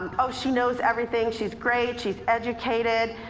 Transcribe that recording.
oh, she knows everything, she's great, she's educated.